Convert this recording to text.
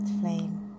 Flame